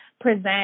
present